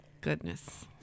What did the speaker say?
goodness